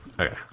Okay